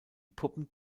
puppen